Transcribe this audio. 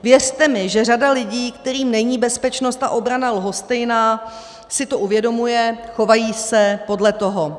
Věřte mi, že řada lidí, kterým není bezpečnost a obrana lhostejná, si to uvědomuje, chovají se podle toho.